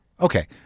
Okay